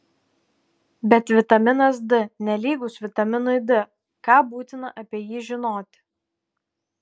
bet vitaminas d nelygus vitaminui d ką būtina apie jį žinoti